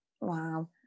wow